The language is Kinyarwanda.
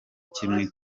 kimwe